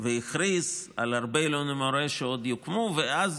והכריז על הרבה "אלוני-מורה" שעוד יוקמו, ואז,